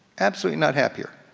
absolutely not happier.